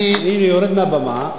אם אני יורד מהבמה,